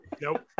nope